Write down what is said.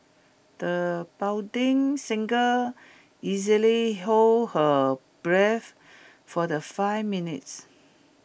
the budding singer easily hold her breath for the five minutes